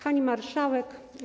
Pani Marszałek!